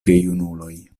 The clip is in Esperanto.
gejunuloj